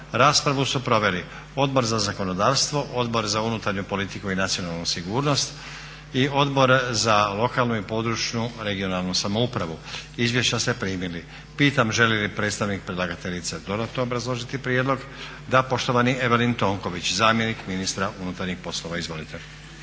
Raspravu su proveli Odbor za zakonodavstvo, Odbor za unutarnju politiku i nacionalnu sigurnost i Odbor za lokalnu i područnu (regionalnu) samoupravu. Izvješća ste primili. Pitam želi li predstavnik predlagateljice dodatno obrazložiti prijedlog? Da. Poštovani Evelin Tonković, zamjenik ministra unutarnjih poslova. Izvolite.